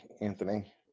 anthony